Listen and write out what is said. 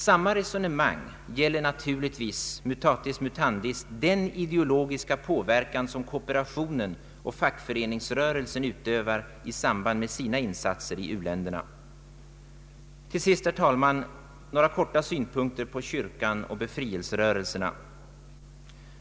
Samma resonemang gäller naturligtvis, mutatis mutandis, den ideologiska påverkan som kooperationen och fackföreningsrörelsen utövar i samband med sina insatser i u-länderna. Låt mig till sist, herr talman, i korthet ge några synpunkter på kyrkan och befrielserörelsen.